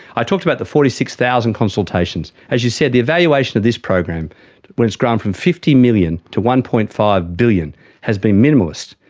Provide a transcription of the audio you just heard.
i talked about the forty six thousand consultations. as you said, the evaluation of this program when it's grown from fifty million to one. five billion has been minimalist,